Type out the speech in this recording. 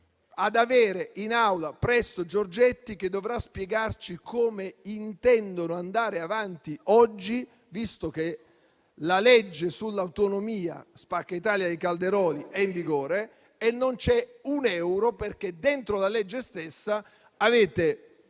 Aula il ministro Giorgetti che dovrà spiegarci come intendono andare avanti, visto che la legge sull'autonomia, lo "spacca Italia" di Calderoli, è in vigore, ma non c'è un euro, perché dentro la legge stessa avete